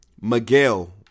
Miguel